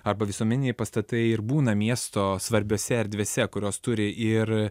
arba visuomeniniai pastatai ir būna miesto svarbiose erdvėse kurios turi ir